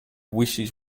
wishes